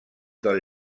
del